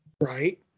Right